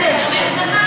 כל הצד הזה תומך בך,